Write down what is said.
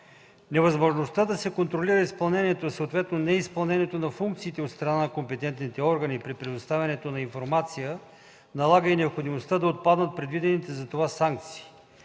Невъзможността да се контролира изпълнението, съответно неизпълнението, на функциите от страна на компетентните органи при предоставянето на информация налага и необходимостта да отпаднат предвидените за това санкции.